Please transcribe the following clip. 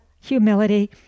humility